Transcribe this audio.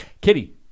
Kitty